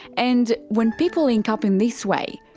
and when people link up in this way,